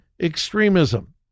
extremism